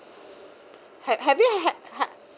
have you had had